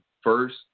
first